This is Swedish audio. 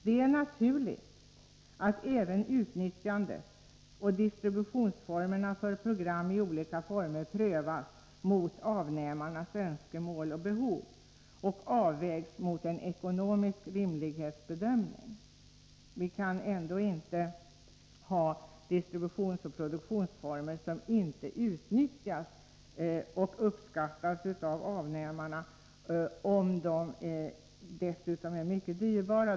Det är naturligt att även utnyttjandet av och distributionsformerna för program i olika former prövas i förhållande till avnämarnas önskemål och behov och avvägs mot en ekonomisk rimlighetsbedömning. Vi kan ändå inte ha distributionsoch produktionsformer som inte utnyttjas och inte uppskattas av avnämarna, om programmen dessutom är mycket dyrbara.